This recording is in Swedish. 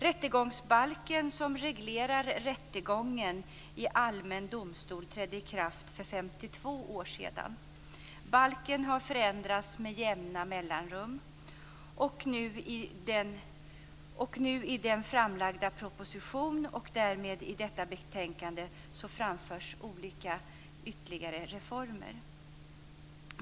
Rättegångsbalken som reglerar rättegången i allmän domstol trädde i kraft för 52 år sedan. Balken har förändrats med jämna mellanrum. I den nu framlagda propositionen och i detta betänkande framförs olika ytterligare reformer.